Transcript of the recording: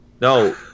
No